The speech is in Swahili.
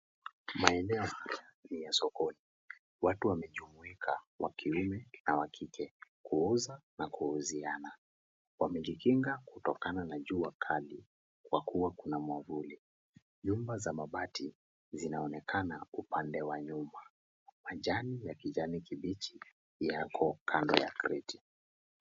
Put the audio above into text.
Maeneo haya ni ya sokoni. Watu wamejumuika, wakiume na wa kike. Kuuza na kuuziana. Wamejikinga kutokana na jua kali kwa kuwa kuna mwavuli. Nyumba za mabati zinaonekana upande wa nyuma. Majani ya kijani kibichi, yako kando ya kreti.